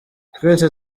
twese